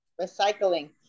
recycling